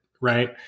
Right